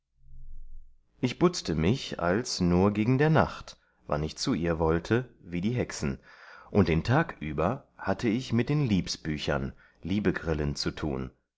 ich butzte mich alls nur gegen der nacht wann ich zu ihr wollte wie die hexen und den tag über hatte ich mit den liebsbüchern liebegrillen zu tun